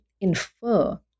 infer